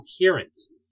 coherence